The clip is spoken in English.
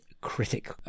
critic